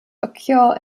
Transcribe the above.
occur